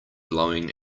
blowing